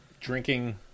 drinking